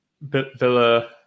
Villa